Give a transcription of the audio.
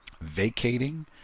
vacating